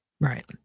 Right